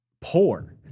Poor